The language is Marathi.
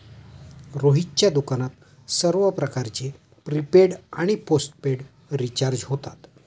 रोहितच्या दुकानात सर्व प्रकारचे प्रीपेड आणि पोस्टपेड रिचार्ज होतात